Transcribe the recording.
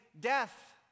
death